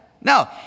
No